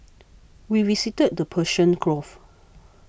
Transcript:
we visited the Persian Gulf